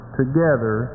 together